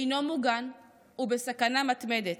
לא מוגן ובסכנה מתמדת.